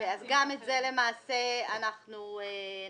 אז גם את זה למעשה אנחנו נכניס.